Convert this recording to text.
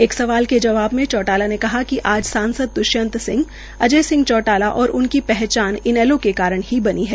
एक सवाल के जवाब में चौटाला ने कहा कि आज सांसद द्वष्यन्त सिंह अजय सिंह चौटाला और उनकी पहचान इनेलो के कारण ही बनी है